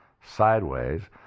sideways